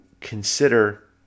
consider